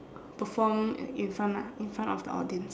perform uh in front lah in front of the audience